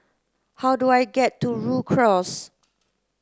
how do I get to Rhu Cross